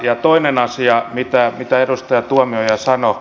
ja toinen asia mitä edustaja tuomioja sanoi